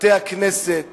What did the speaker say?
בתי-הכנסת